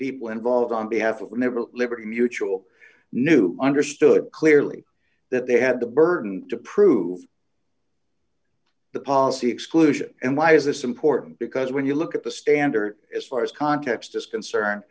people involved on behalf of liberal liberty mutual knew understood clearly that they had the burden to prove the policy exclusion and why is this important because when you look at the standard as far as context is